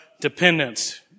dependence